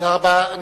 תודה רבה.